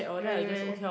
really meh